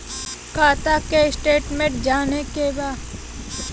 खाता के स्टेटमेंट जाने के बा?